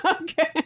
Okay